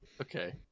Okay